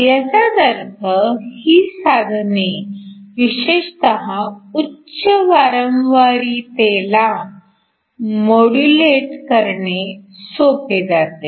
ह्याचाच अर्थ ही साधने विशेषतः उच्च वारंवारितेला मॉड्युलेट करणे सोपे जाते